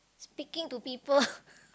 speaking to people